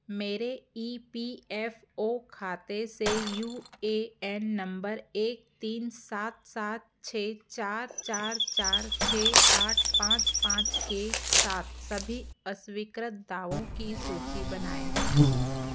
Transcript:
मेरे E P F O खाते से यू ए एन नम्बर एक तीन सात सात छः चार चार चार छः आठ पाँच पाँच के साथ सभी अस्वीकृत दावों की सूची बनाएँ